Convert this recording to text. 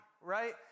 right